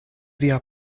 via